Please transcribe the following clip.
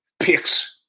picks